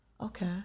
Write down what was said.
Okay